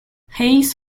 hayes